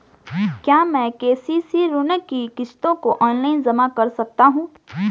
क्या मैं के.सी.सी ऋण की किश्तों को ऑनलाइन जमा कर सकता हूँ?